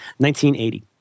1980